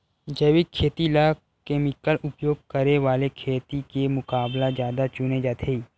जैविक खेती ला केमिकल उपयोग करे वाले खेती के मुकाबला ज्यादा चुने जाते